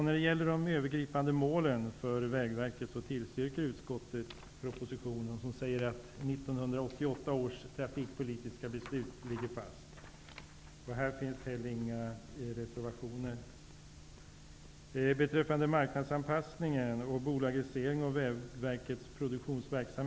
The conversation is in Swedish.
När det gäller de övergripande målen för Vägverket tillstyrker utskottet propositionen, som säger att 1988 års trafikpolitiska beslut ligger fast.